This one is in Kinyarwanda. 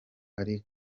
ari